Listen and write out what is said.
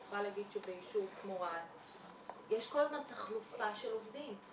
אני יכולה להגיד שביישוב כמו רהט יש כל הזמן תחלופה של עובדים.